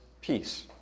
peace